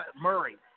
Murray